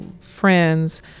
friends